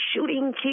shooting